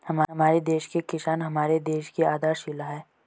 हमारे देश के किसान हमारे देश की आधारशिला है